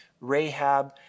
Rahab